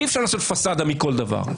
אי-אפשר לעשות פסדה מכל דבר.